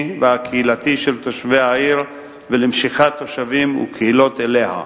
והקהילתי של תושבי העיר ולמשיכת תושבים וקהילות אליה,